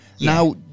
Now